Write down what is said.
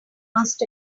must